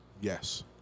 Yes